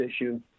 issue